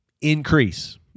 increase